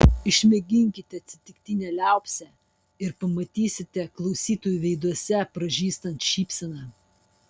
išmėginkite atsitiktinę liaupsę ir pamatysite klausytojų veiduose pražystant šypseną